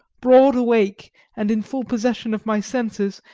broad awake and in full possession of my senses,